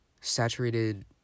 saturated